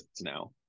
now